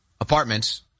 apartments